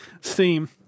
Steam